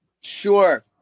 Sure